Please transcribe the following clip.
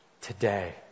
today